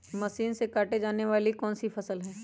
Machine से काटे जाने वाली कौन सी फसल है?